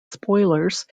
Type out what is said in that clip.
spoilers